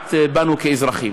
פוגעת בנו כאזרחים.